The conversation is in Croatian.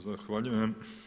Zahvaljujem.